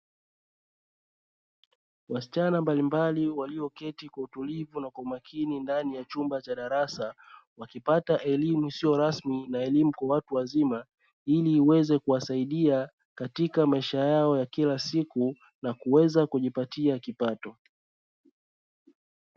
Wasichana mbalimbali, walio keti kwa utulivu na kwa umakini, ndani ya chumba cha darasa, wakipata elimu isiyo rasmi kwa watu wazima, ili iweze kuwasaidia katika maisha yao ya kila siku na kuweza kupata kipato.